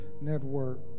Network